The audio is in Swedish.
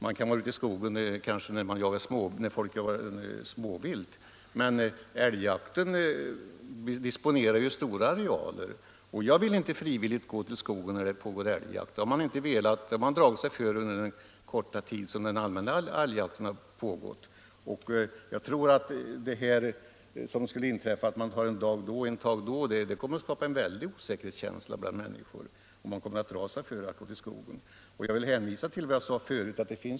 Man kan ju vara ute i skogen där folk jagar småvilt, men älgjakten disponerar ju stora arealer. Jag vill inte frivilligt gå in i skogen när älgjakt pågår. Detta har man dragit sig för under den korta tid som den allmänna älgjakten pågått. Skall man som herr Wachtmeister säger jaga en dag då och en dag då så kommer det att skapa en väldig osäkerhetskänsla bland människorna. Man drar sig för att gå ut i skogen. Jag vill hänvisa till vad jag sade förut.